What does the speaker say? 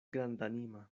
grandanima